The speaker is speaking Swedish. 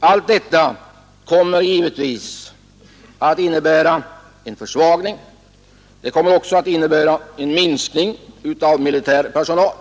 Allt detta kommer givetvis att innebära en försvagning, och det medför också en minskning av den militära personalen.